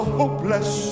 hopeless